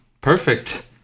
Perfect